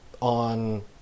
on